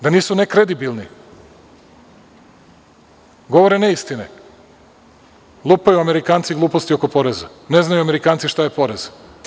Da nisu nekredibilni, govore ne istine, lupaju Amerikanci gluposti oko poreza, ne znaju Amerikanci šta je porez.